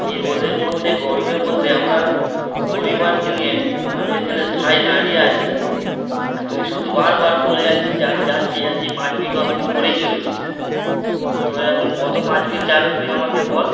এই রোদের মধ্যে গরমের মধ্যে আমরা পরিবারকে নিয়ে আমি এখানে ঠায় দাঁড়িয়ে আছি আর তুই শুধু বারবার বলে যাচ্ছিস যে আমি যাচ্ছি যাচ্ছি পাঁচ মিনিট দশ মিনিট করেই চলেছিস তো এরকম কত পাঁচ মিনিট যাবে তুই আমাকে বল